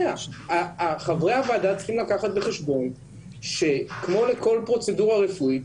חברי הוועדה צריכים לקחת בחשבון שכמו לכל פרוצדורה רפואית,